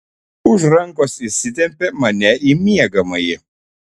už rankos įsitempė mane į miegamąjį